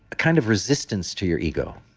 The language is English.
kind of resistance to your ego.